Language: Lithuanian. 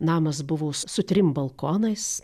namas buvo su trim balkonais